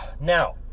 now